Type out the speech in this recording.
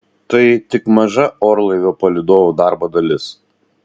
tai tik maža orlaivio palydovų darbo dalis